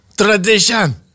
tradition